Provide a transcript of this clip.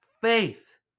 faith